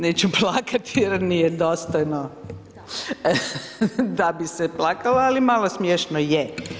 Neću plakati jer nije dostojno da bi se plakalo, ali malo smiješno je.